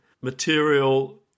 material